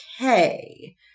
okay